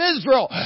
Israel